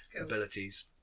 abilities